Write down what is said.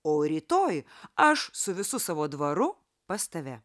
o rytoj aš su visu savo dvaru pas tave